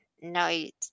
night